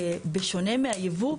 בשונה מהייבוא,